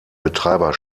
betreiber